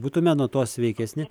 būtume nuo to sveikesni